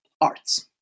arts